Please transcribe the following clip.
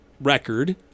record